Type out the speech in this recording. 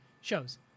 shows